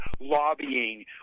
lobbying